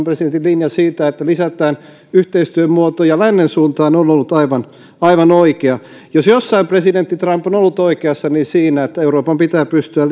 presidentin linja siitä että lisätään yhteistyön muotoja lännen suuntaan on ollut aivan aivan oikea jos jossain presidentti trump on ollut oikeassa niin siinä että euroopan pitää pystyä